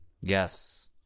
yes